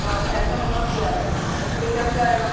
हाँ पैसा जमा हो जाएगा उसपर चढ़ जाएगा